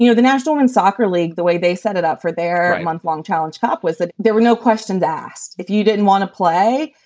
you know the national in soccer league, the way they set it up for their monthlong challenge was that there were no questions asked if you didn't want to play.